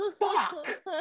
Fuck